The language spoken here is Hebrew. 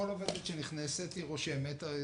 כל עובדת שנכנסת, היא רושמת.